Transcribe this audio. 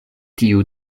tiu